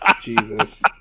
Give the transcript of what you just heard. Jesus